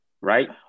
right